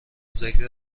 ذکر